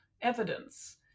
evidence